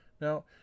Now